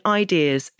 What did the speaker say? ideas